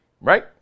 right